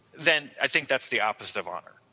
then i think that's the opposite of honor.